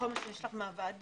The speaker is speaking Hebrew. החומר שיש לך מהוועדה,